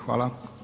Hvala.